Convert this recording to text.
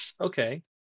Okay